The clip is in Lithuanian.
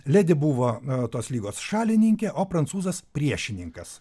ledi buvo tos lygos šalininkė o prancūzas priešininkas